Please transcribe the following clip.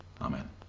Amen